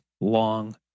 Long